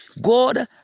God